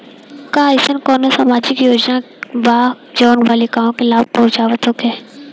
का एइसन कौनो सामाजिक योजना बा जउन बालिकाओं के लाभ पहुँचावत होखे?